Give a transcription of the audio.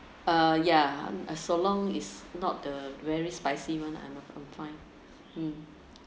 uh yeah uh as long is not the very spicy one I'm I'm fine mm